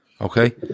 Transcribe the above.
Okay